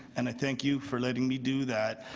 and i thank you for letting me do that.